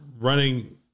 running